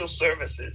services